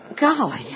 Golly